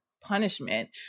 punishment